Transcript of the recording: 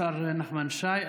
השר נחמן שי.